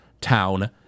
town